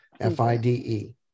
F-I-D-E